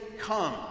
come